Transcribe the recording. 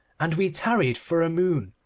and we tarried for a moon,